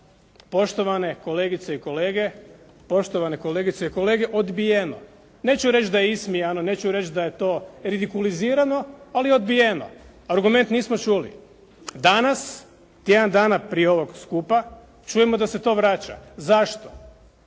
poštovane kolegice i kolege odbijeno. Neću reći da je ismijano, neću reći da je to ridikulizirano, ali odbijeno. Argument nismo čuli. Danas, tjedan dana prije ovog skupa, čujemo da se to vraća. Zašto?